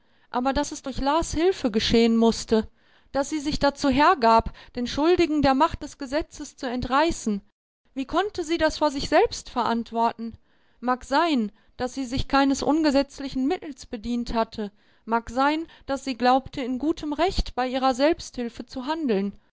aber daß es durch las hilfe geschehen mußte daß sie sich dazu hergab den schuldigen der macht des gesetzes zu entreißen wie konnte sie das vor sich selbst verantworten mag sein daß sie sich keines ungesetzlichen mittels bedient hatte mag sein daß sie glaubte in gutem recht bei ihrer selbsthilfe zu handeln